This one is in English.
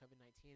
COVID-19